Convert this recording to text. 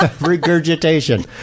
regurgitation